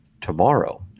tomorrow